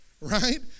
right